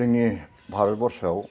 जोंनि भारत बरस'आव